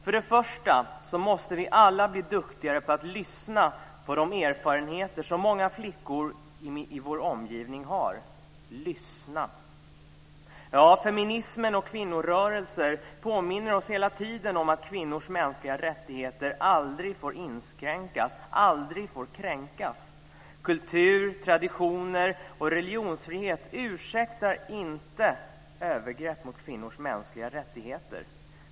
För det första måste vi alla bli duktigare på att lyssna på de erfarenheter som många flickor i vår omgivning har - lyssna! Ja, feminismen och kvinnorörelser påminner oss hela tiden om att kvinnors mänskliga rättigheter aldrig får inskränkas, aldrig får kränkas. Kultur, traditioner och religionsfrihet ursäktar inte övergrepp mot kvinnors mänskliga rättigheter.